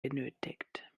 benötigt